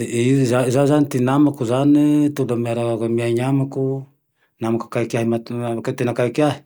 I zaho zane ty namako zane e, ty olo miaraky miaina amiko, namako ten-tena akaiky ahy,